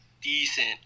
decent